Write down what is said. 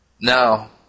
No